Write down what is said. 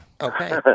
Okay